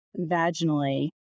vaginally